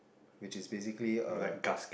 which is basically uh